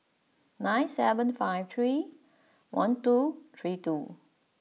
nine seven five three one two three two